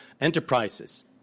enterprises